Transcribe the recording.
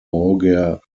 auger